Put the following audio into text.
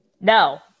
No